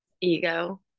ego